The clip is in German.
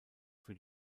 für